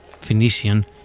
Phoenician